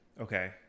okay